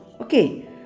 Okay